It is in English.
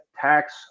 tax